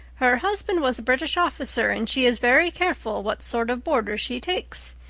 her husband was a british officer, and she is very careful what sort of boarders she takes.